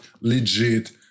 legit